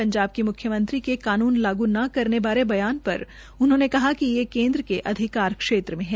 पंजाब के मुख्यमंत्री के कानून न लागू करने बारे बयान पर उन्होंने कहा कि ये केद्र के अधिकार क्षेत्र में है